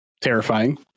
terrifying